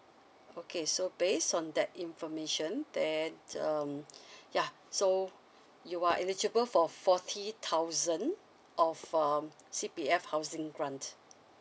okay so based on that information then um yeah so you are eligible for fourty thousand of um C_P_F housing grant